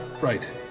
Right